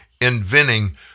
inventing